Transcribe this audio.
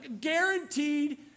guaranteed